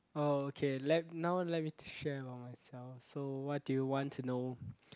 oh okay let now let me share about myself so what do you want to know